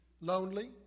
lonely